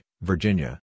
Virginia